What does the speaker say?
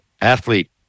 athlete